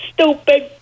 stupid